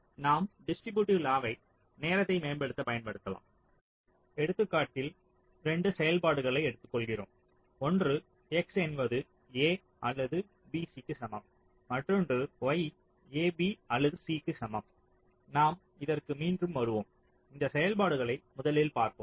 நாம் டிஸ்ட்ரிபியூட்டிவ் லாவை நேரத்தை மேம்படுத்த பயன்படுத்தலாம் எடுத்துக்காட்டில் 2 செயல்பாடுகளை எடுத்துக்கொள்கிறோம் ஒன்று x என்பது a அல்லது b c க்கு சமம் மற்றொன்று y a b அல்லது c க்கு சமம் நாம் இதற்கு மீண்டும் வருவோம் இந்த செயல்பாடுகளை முதலில் பார்ப்போம்